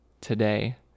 today